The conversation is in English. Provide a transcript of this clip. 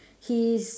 he's